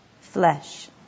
flesh